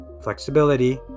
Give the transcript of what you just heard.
flexibility